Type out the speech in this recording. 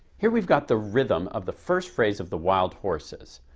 here we've got the rhythm of the first phrase of the wild horses.